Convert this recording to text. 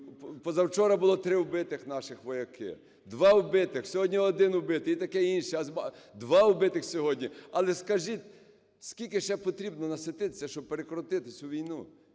позавчора було три вбитих наших вояки, два вбитих, сьогодні - один убитий і таке інше. Два вбитих сьогодні. Але скажіть, скільки ще потрібно насититися, щоб прекратити цю війну?